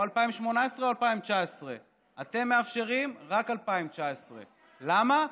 או 2018 או 2019. אתם מאפשרים רק 2019. למה?